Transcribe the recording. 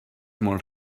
molt